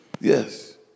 yes